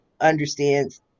understands